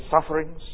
sufferings